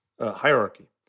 hierarchy